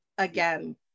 again